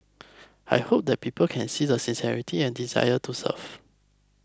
I hope that people can see the sincerity and the desire to serve